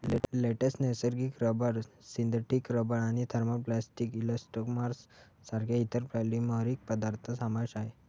latex, नैसर्गिक rubber, synthetic rubber आणि thermoplastic elastomers सारख्या इतर पॉलिमरिक पदार्थ समावेश आहे